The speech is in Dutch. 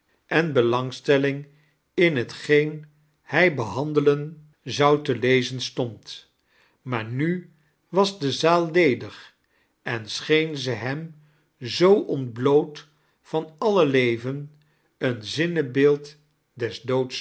en belangstelling in hetgeen hij behandelen zou te lezen stond maar nu was de zaal ledig en scheen ze hem zoo ontbloot van alle leven een zinnebeeld